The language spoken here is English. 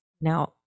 now